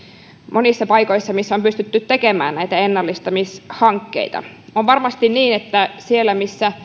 monissa paikoissa missä on pystytty tekemään näitä ennallistamishankkeita on varmasti niin että sinne missä